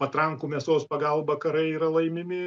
patrankų mėsos pagalba karai yra laimimi